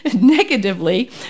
negatively